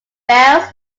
bells